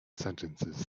sentences